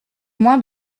moins